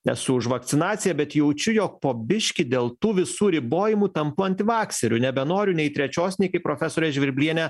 esu už vakcinaciją bet jaučiu jog po biškį dėl tų visų ribojimų tampu antivakseriu nebenoriu nei trečios nei kaip profesorė žvirblienė